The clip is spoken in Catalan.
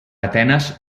atenes